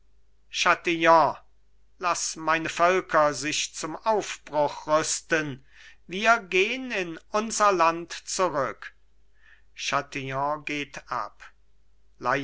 chatillon laß meine völker sich zum aufbruch rüsten wir gehn in unser land zurück chatillon geht ab